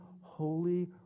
holy